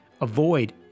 avoid